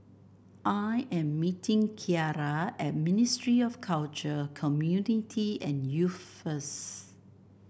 I am meeting Kierra at Ministry of Culture Community and Youth first